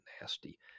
nasty